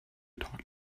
talk